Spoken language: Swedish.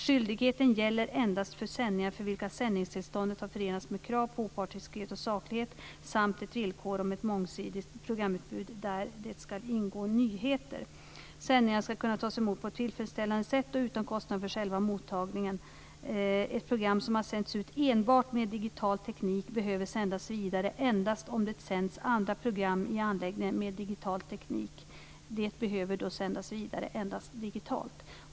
Skyldigheten gäller endast för sändningar för vilka sändningstillståndet har förenats med krav på opartiskhet och saklighet samt ett villkor om ett mångsidigt programutbud där det ska ingå nyheter. Sändningar ska kunna tas emot på ett tillfredsställande sätt och utan kostnad för själva mottagningen. Ett program som har sänts ut enbart med digital teknik behöver sändas vidare endast om det sänds andra program i anläggningen med digital teknik. Det behöver då sändas vidare endast digitalt.